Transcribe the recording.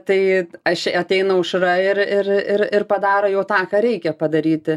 tai aš ateina aušra ir ir ir ir padaro jau tą ką reikia padaryti